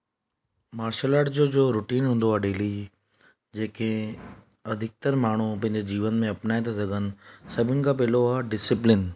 martial arts जो जो routine हूंदो आहे डेली जेके अधिकतर माण्हू पंहिंजे जीवन में अपनाए था सघनि सभिनि खां पहिरियों आहे डिसिप्लिन